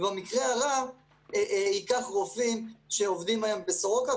ובמקרה הרע ייקח רופאים שעובדים בסורוקה היום,